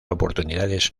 oportunidades